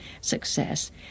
success